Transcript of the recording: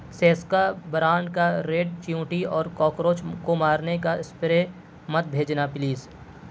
سیسکا brand کا red چیونٹی اور کاکروچ کو مارنے کا اسپرے مت بھیجنا پلیز